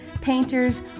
painters